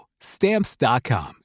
Stamps.com